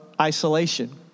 isolation